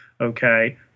Okay